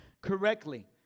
correctly